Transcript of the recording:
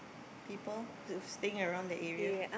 people staying around the area